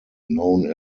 known